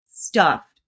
stuffed